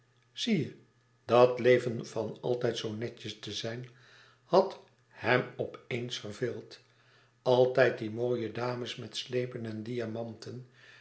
zie je dat leven van altijd zoo netjes te zijn had hem op eens verveeld altijd die mooie dames met slepen en diamanten